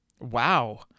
Wow